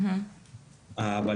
אבל,